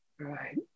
Right